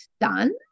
done